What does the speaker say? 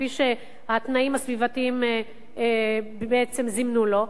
כפי שהתנאים הסביבתיים זימנו לו,